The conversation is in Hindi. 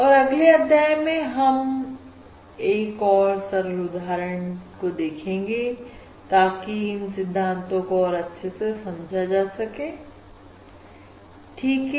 और अगले अध्याय में हम एक और सरल उदाहरण को देखेंगे ताकि इन सिद्धांतों को और अच्छे से समझा जा सके ठीक है